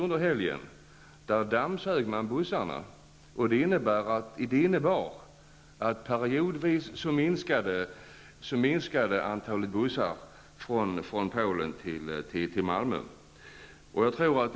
När tullen har slagit till och ''dammsugit'' bussarna har det lett till att antalet bussar från Polen till Malmö periodvis har minskat.